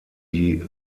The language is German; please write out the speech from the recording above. die